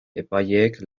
epaileek